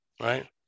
right